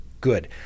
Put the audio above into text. good